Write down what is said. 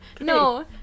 no